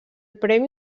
premi